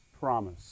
promise